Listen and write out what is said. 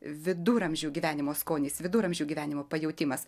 viduramžių gyvenimo skonis viduramžių gyvenimo pajautimas